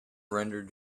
rendered